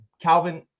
Calvin